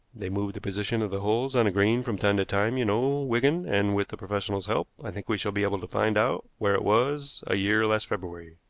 they move the position of the holes on a green from time to time, you know, wigan and with the professional's help i think we shall be able to find out where it was a year last february.